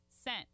sent